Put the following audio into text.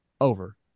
Over